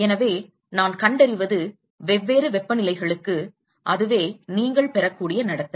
எனவே நான் கண்டறிவது வெவ்வேறு வெப்பநிலைகளுக்கு அதுவே நீங்கள் பெறக்கூடிய நடத்தை